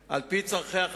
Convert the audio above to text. לשאול: